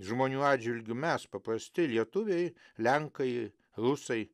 žmonių atžvilgiu mes paprasti lietuviai lenkai rusai